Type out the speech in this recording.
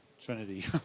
Trinity